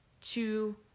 two